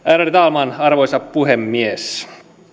ärade talman arvoisa puhemies